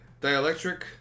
dielectric